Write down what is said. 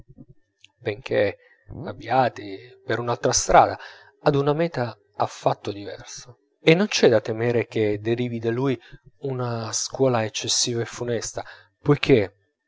benchè avviati per un'altra strada ad una meta affatto diversa e non c'è da temere che derivi da lui una scuola eccessiva e funesta poichè